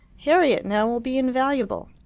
harriet, now, will be invaluable!